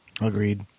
Agreed